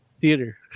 Theater